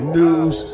news